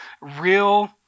real